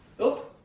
nope.